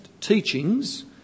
teachings